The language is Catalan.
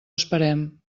esperem